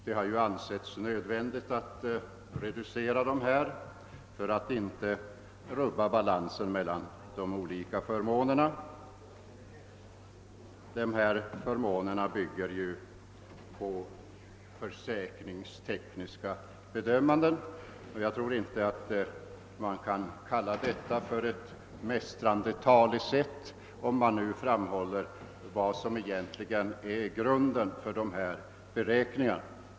Det har ansetts nödvändigt att skära ned dem för att inte rubba balansen mellan de olika förmånerna. Dessa förmåner bygger på försäkringstekniska bedömanden, och jag tror inte att det kan kallas ett mästrande talesätt, om man framhåller vad som egentligen ligger till grund för beräk ningarna.